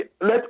Let